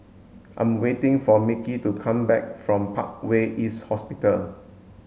I'm waiting for Micky to come back from Parkway East Hospital